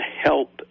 help